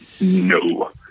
no